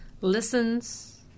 listens